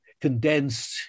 condensed